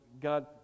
God